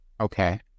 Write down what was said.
Okay